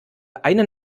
eine